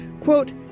quote